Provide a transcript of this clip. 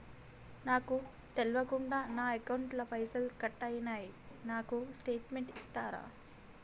నాకు తెల్వకుండా నా అకౌంట్ ల పైసల్ కట్ అయినై నాకు స్టేటుమెంట్ ఇస్తరా?